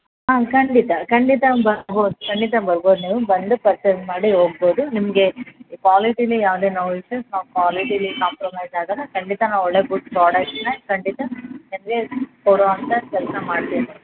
ಹಾಂ ಖಂಡಿತ ಖಂಡಿತ ಬರಬೌದು ಖಂಡಿತ ಬರಬೌದು ನೀವು ಬಂದು ಪರ್ಚಸ್ ಮಾಡಿ ಹೋಗಬೌದು ನಿಮಗೆ ಕ್ವಾಲಿಟಿಲಿ ಯಾವುದೇ ನೋ ಇಸೂಸ್ ನಾವು ಕ್ವಾಲಿಟಿಲಿ ಕಾಂಪ್ರಮೈಸ್ ಆಗೋಲ್ಲ ಖಂಡಿತ ನಾವು ಒಳ್ಳೇ ಗುಡ್ ಪ್ರಾಡಕ್ಟ್ನ ಖಂಡಿತ ಕೊಡುವಂಥ ಕೆಲಸ ಮಾಡ್ತೇವೆ ಮೇಡಮ್